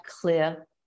clear